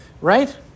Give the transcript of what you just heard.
Right